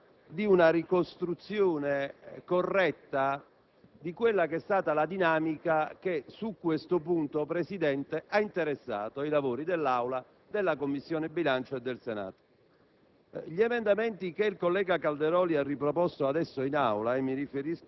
È bene che resti traccia nel Resoconto stenografico di una ricostruzione corretta della dinamica che su questo punto, signor Presidente, ha interessato i lavori dell'Aula, della Commissione bilancio e del Senato